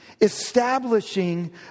establishing